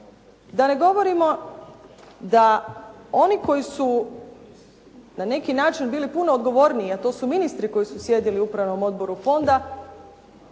Da ne govorimo da oni koji su na neki način bili puno odgovorniji, a to su ministri koji su sjedili u upravom odboru fonda